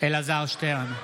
אלעזר שטרן,